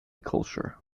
culture